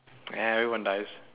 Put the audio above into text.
everyone dies